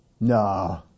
No